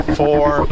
four